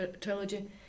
trilogy